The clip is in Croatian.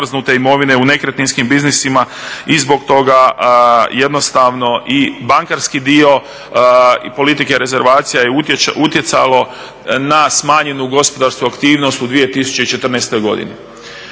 i zbog toga jednostavno i bankarski dio politike rezervacija je utjecalo na smanjenju gospodarsku aktivnost u 2014. godini.